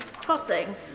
crossing